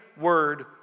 word